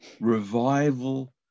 Revival